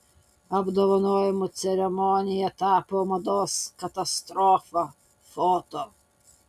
apdovanojimų ceremonija tapo mados katastrofa foto